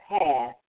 path